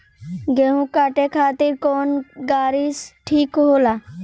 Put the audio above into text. गेहूं काटे खातिर कौन गाड़ी ठीक होला?